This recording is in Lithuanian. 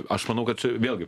aš manau kad čia vėlgi